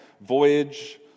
voyage